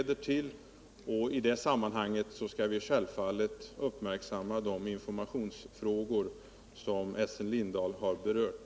I det sammanhanget skall vi självfallet uppmärksamma de informationsfrågor som Essen Cindahl berört.